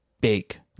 big